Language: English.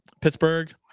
Pittsburgh